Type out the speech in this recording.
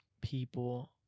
people